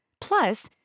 Plus